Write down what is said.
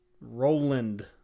Roland